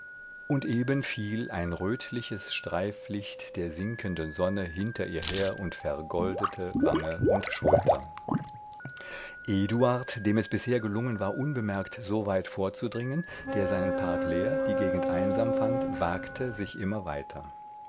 und eben fiel ein rötliches streiflicht der sinkenden sonne hinter ihr her und vergoldete wange und schulter eduard dem es bisher gelungen war unbemerkt so weit vorzudringen der seinen park leer die gegend einsam fand wagte sich immer weiter